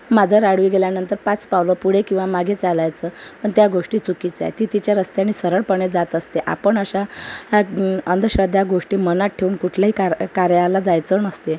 मांजर आडवी गेल्यानंतर पाच पावलं पुढे किंवा मागे चालायचं पण त्या गोष्टी चुकीचं आहे ती तिच्या रस्त्याने सरळपणे जात असते आपण अशा अंधश्रद्धा गोष्टी मनात ठेवून कुठल्याही कार कार्याला जायचं नसते